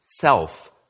self